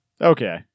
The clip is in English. Okay